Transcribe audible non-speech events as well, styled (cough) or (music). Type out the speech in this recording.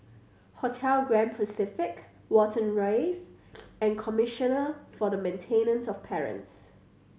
Hotel Grand Pacific Watten Rise (noise) and Commissioner for the Maintenance of Parents